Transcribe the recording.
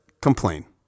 Complain